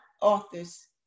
authors